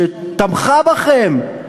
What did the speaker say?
שתמכה בכם,